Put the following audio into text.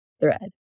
thread